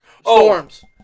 Storms